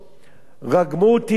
רגמו אותי באבנים.